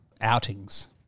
outings